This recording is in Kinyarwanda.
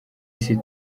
isi